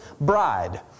bride